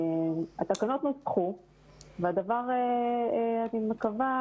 התקנות נוסחו ואני מקווה